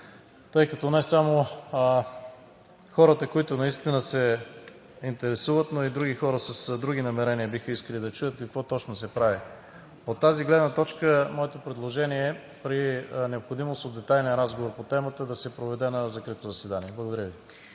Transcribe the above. тъй като не само хората, които наистина се интересуват, но и други хора, с други намерения биха искали да чуят какво точно се прави. От тази гледна точка моето предложение е при необходимост от детайлен разговор по темата той да се проведе на закрито заседание. Благодаря Ви.